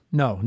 no